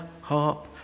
harp